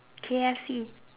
K_F_C